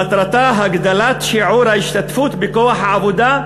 מטרתה הגדלת שיעור ההשתתפות בכוח העבודה,